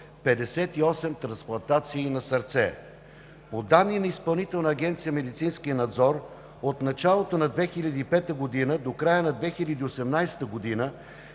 58 трансплантации на сърце. По данни на Изпълнителна агенция „Медицински надзор“ от началото на 2005 г. до края на 2018 г. са